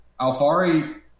Alfari